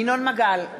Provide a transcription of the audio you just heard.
ינון מגל,